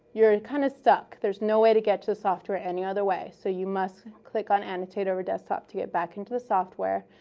you're and kind of stuck. there's no way to get to the software any other way, so you must click on annotate over desktop to get back into the software.